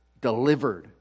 delivered